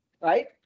right